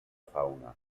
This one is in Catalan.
fauna